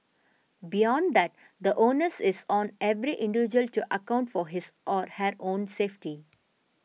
beyond that the onus is on every individual to account for his or her own safety